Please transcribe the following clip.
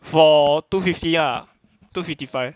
four two fifty ah two fifty five